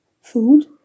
food